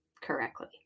correctly